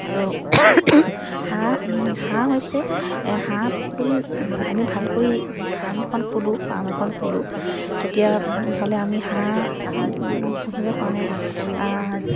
আৰু হাঁহ হৈছে হাঁহ যদি আমি ভালকৈ ফাৰ্ম এখন খোলোঁ পাম এখন খোলোঁ তেতিয়া হ'লে আমি হাঁহ পুহিবৰ কাৰণে